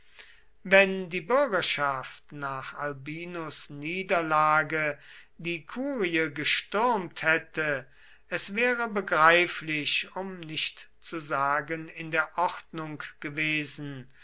wenn die bürgerschaft nach albinus niederlage die kurie gestürmt hätte es wäre begreiflich um nicht zu sagen in der ordnung gewesen